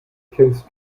kennst